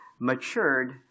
matured